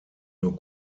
nur